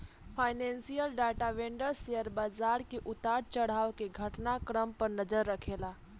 financial data vendor share बाजार के उतार चढ़ाव के घटना क्रम पर नजर रखेला